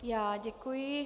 Já děkuji.